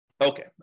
Okay